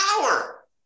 power